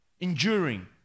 Enduring